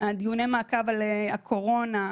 דיוני מעקב על הקורונה.